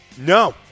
No